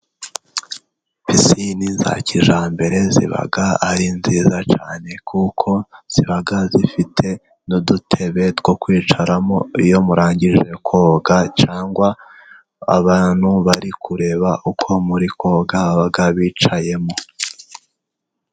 Pisine za kijyambere ziba ari nziza cyane , kuko ziba zifite n'udutebe two kwicaramo iyo murangije koga, cyangwa abantu bari kureba uko muri koga, baba bicayemo.